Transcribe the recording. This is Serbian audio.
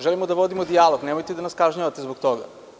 Želimo da vodimo dijalog, nemojte da nas kažnjavate zbog toga.